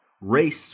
Race